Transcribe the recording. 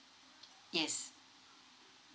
yes